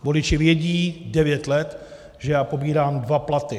Voliči vědí devět let, že já pobírám dva platy.